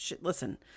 listen